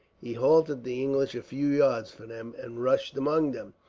he halted the english a few yards from them, and rushed among them,